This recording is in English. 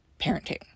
parenting